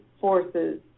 forces